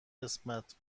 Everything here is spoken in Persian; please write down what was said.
قسمت